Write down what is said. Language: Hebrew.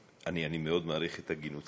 אני מאוד מעריך את הגינותך,